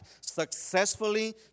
successfully